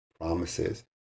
promises